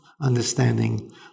understanding